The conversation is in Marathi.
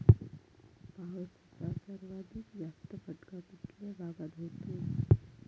पावसाचा सर्वाधिक जास्त फटका कुठल्या भागात होतो?